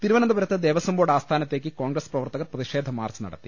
തിരുവനന്തപുരത്ത് ദേവസംബോർഡ് ആസ്ഥാനത്തേക്ക് കോൺഗ്രസ് പ്രവർത്തകർ പ്രതിഷേധ മാർച്ച് നടത്തി